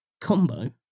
combo